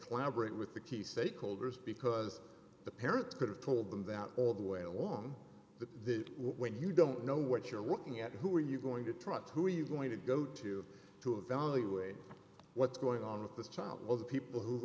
collaborate with the key stakeholders because the parents could have told them that all the way along that when you don't know what you're working at who are you going to try to you going to go to to evaluate what's going on with this child all the people who